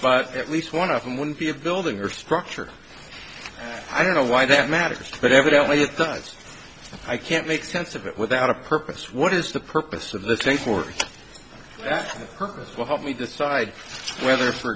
but at least one of them would be a building or structure i don't know why that matters but evidently it does i can't make sense of it without a purpose what is the purpose of this thanks for that purpose will help me decide whether for